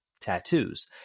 tattoos